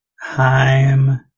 Heim